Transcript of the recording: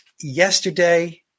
yesterday